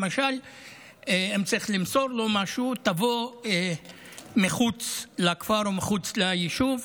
למשל אם צריך למסור לו משהו: תבוא מחוץ לכפר או מחוץ ליישוב.